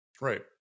Right